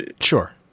Sure